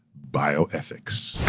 bioethics.